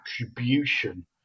attribution